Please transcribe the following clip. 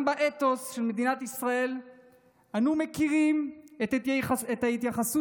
גם באתוס של מדינת ישראל אנו מכירים את ההתייחסות